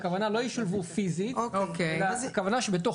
הכוונה לא ישולבו פיזית אלא הכוונה שבתוך